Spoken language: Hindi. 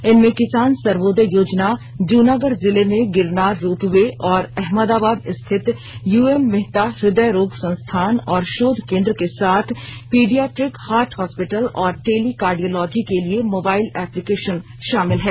इनमें किसान सर्वोदय योजना जुनागढ़ जिले में गिरनार रोपवे और अहमदाबाद स्थित यूएन मेहता हृदय रोग संस्थान और शोध केंद्र के साथ पीडियाट्रिक हॉर्ट हॉस्पिटल और टेली कार्डियोलॉजी के लिए मोबाइल अप्लीकेशन शामिल है